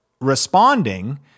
responding